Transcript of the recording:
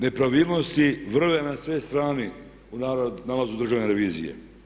Nepravilnosti vrve na sve strane u nalazu državne revizije.